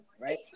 right